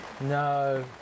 No